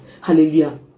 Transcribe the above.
hallelujah